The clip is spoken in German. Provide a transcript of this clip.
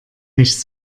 nicht